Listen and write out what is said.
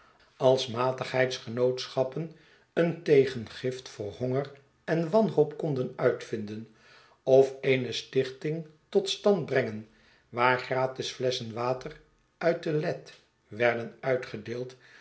als matigheidsgenootschappen een tegengift voor honger en wanhoop konden uitvinden of eene stichting tot stand brengen waar gratis flesschen water uit de lethe werden uitgedeeld